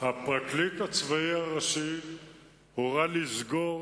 הפרקליט הצבאי הראשי הורה לסגור